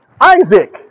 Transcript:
Isaac